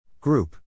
Group